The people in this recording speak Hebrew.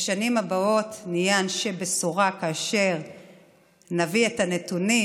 בשנים הבאות נהיה אנשי בשורה כאשר נביא את הנתונים.